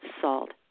salt